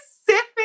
specific